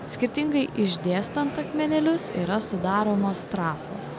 skirtingai išdėstant akmenėlius yra sudaromos trasos